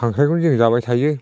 खांख्राइखौ जों जाबाय थायो